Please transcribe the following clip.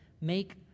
Make